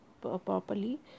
properly